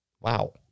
Wow